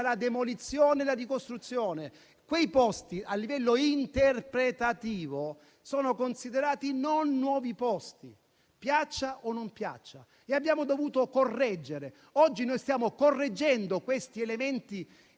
la demolizione e la ricostruzione. Quei posti, a livello interpretativo, sono considerati non nuovi posti, piaccia o non piaccia, e abbiamo dovuto fare questa correzione. Oggi stiamo correggendo questi elementi